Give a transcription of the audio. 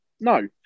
No